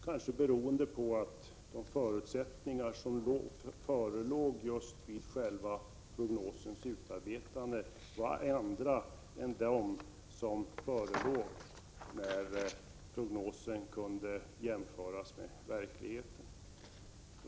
Kanske har det berott på att de förutsättningar som förelåg just vid själva prognosens utarbetande var andra än de som förelåg när prognosen kunde jämföras med verkligheten.